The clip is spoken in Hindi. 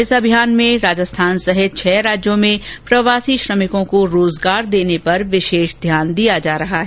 इस अभियान के तहत राजस्थान सहित छह राज्यों में प्रवासी श्रमिकों को रोजगार देने पर विशेष ध्यान दिया जा रहा है